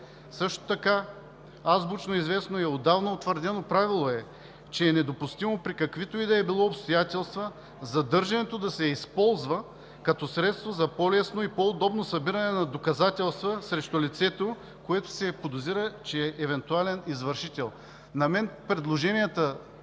Също така азбучно известно и отдавна утвърдено правило е, че е недопустимо при каквито и да е било обстоятелства задържането да се използва като средство за по лесно и по-удобно събиране на доказателства срещу лицето, за което се подозира, че е евентуален извършител. Предложенията,